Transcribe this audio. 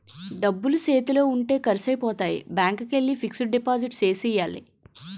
డబ్బులు సేతిలో ఉంటే ఖర్సైపోతాయి బ్యాంకికెల్లి ఫిక్సడు డిపాజిట్ సేసియ్యాల